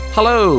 Hello